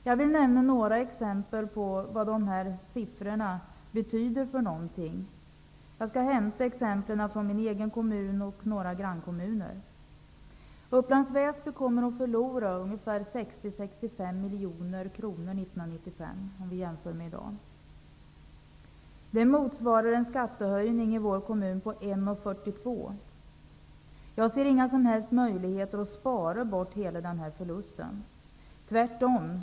Jag tänker nämna några exempel på vad de här siffrorna betyder. Jag har hämtat exemplen från min egen kommun och några grannkommuner. Upplands Väsbys kommun kommer att förlora ungefär 60--65 miljoner kronor 1995 jämfört med i dag. Det motsvarar en skattehöjning i den kommunen på 1,42 kr. Jag ser inga som helst möjligheter att spara in hela detta bortfall, tvärtom.